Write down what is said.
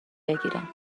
بگیرم